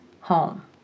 home